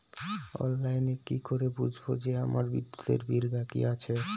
অনলাইনে কি করে বুঝবো যে আমার বিদ্যুতের বিল বাকি আছে?